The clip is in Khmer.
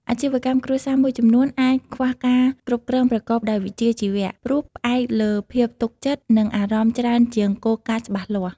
អាជីវកម្មគ្រួសារមួយចំនួនអាចខ្វះការគ្រប់គ្រងប្រកបដោយវិជ្ជាជីវៈ ព្រោះផ្អែកលើភាពទុកចិត្ត និងអារម្មណ៍ច្រើនជាងគោលការណ៍ច្បាស់លាស់។